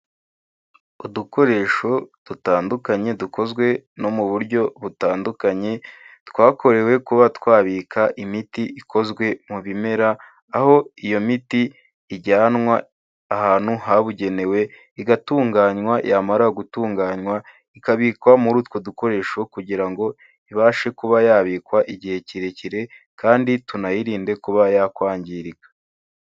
Udukoresho dutandukanye dukozwe no mu buryo butandukanye, twakorewe kuba twabika imiti ikozwe mu bimera aho iyo miti ijyanwa ahantu habugenewe igatunganywa, yamara gutunganywa, ikabikwa muri utwo dukoresho kugira ngo ibashe kuba yabikwa igihe kirekire kandi tunayirinde kuba yakwangirika.